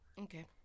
Okay